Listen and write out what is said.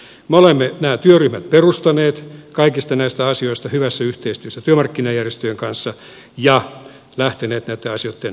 me olemme nämä työryhmät perustaneet kaikista näistä asioista hyvässä yhteistyössä työmarkkinajärjestöjen kanssa ja lähteneet näitten asioitten kanssa liikkeelle